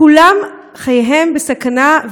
כולם חייהם בסכנה.